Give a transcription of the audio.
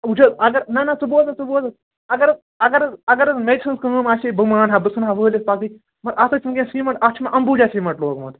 وُچھ حظ اگر نہَ نہَ ژٕ بوز حظ ژٕ بوز حظ اگر حظ اگر حظ اگر حظ میٚژِ ہٕنٛز کٲم آسہِ ہَے بہٕ مانہٕ ہا بہٕ ژھُنہٕ ہا وٲلِتھ پگہٕ ہے مگر اَتھ حظ چھِ وُنکیٚنَس سیٖمنٹ اَتھ چھِ مےٚ امبوٗجا سیٖمنٹ لوگمُت